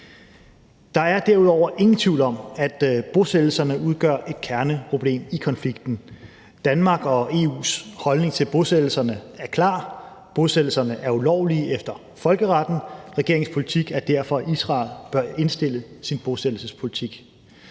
Der er derudover ingen tvivl om, at bosættelserne udgør et kerneproblem i konflikten. Danmark og EU's holdning til bosættelserne er klar: Bosættelserne er ulovlige efter folkeretten. Regeringens politik er derfor, at Israel bør indstille sin bosættelsespolitik.